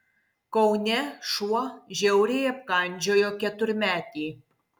kaune šuo žiauriai apkandžiojo keturmetį